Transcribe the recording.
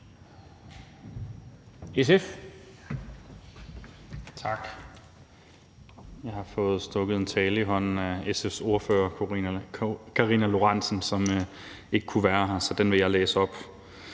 (SF): Tak. Jeg har fået stukket en tale i hånden af SF's ordfører fru Karina Lorentzen Dehnhardt, som ikke kunne være her, så den vil jeg læse op: